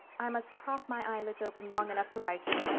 i must prop my eyelids open long enough to write you.